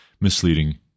misleading